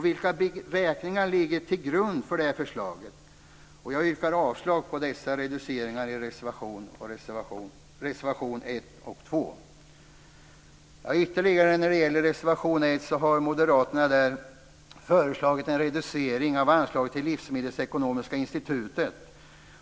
Vilka beräkningar ligger till grund för det förslaget? Jag yrkar avslag på dessa reduceringar i reservationerna 1 och 2. Vidare har moderaterna i reservation 1 föreslagit en reducering av anslaget till Livsmedelsekonomiska institutet.